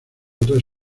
otras